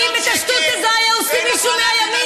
אם את השטות הזאת היה עושה מישהו מהימין,